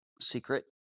secret